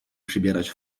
przybierać